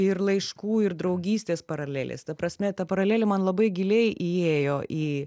ir laiškų ir draugystės paralelės ta prasme ta paralelė man labai giliai įėjo į